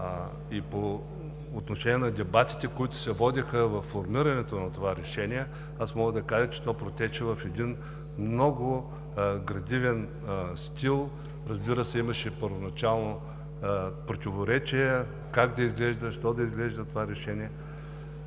и по отношение на дебатите, които се водиха във формирането на това решение, мога да кажа, че то протече в един много градивен стил. Разбира се, имаше първоначално противоречия как да изглежда, що да изглежда това решение.